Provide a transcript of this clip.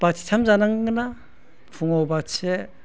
बाथिथाम जानांगोनना फुङाव बाथिसे